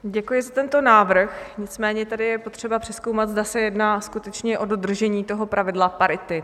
Děkuji za tento návrh, nicméně je potřeba přezkoumat, zda se jedná skutečně o dodržení toho pravidla parity.